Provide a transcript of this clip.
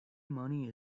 money